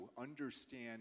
understand